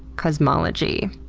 cosmology.